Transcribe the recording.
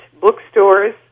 bookstores